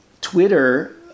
Twitter